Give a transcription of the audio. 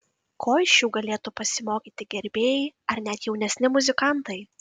ko iš jų galėtų pasimokyti gerbėjai ar net jaunesni muzikantai